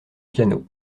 piano